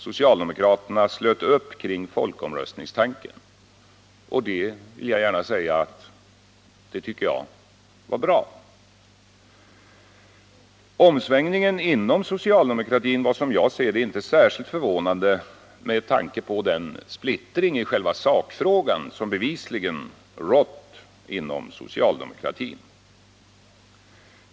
Socialdemokraterna slöt upp kring folkomröstningstanken — och jag vill gärna säga att jag tycker att det var bra. Omsvängningen inom socialdemokratin var, som jag ser det, inte särskilt förvånande med tanke på den splittring i själva sakfrågan som bevisligen rått inom socialdemokratin.